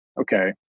okay